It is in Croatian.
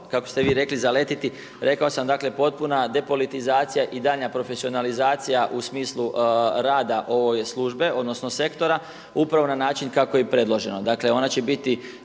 kako ste vi rekli zaletiti. Rekao sam dakle potpuna depolitizacija i daljnja profesionalizacija u smislu rada ove službe, odnosno sektora upravo na način kako je i predloženo.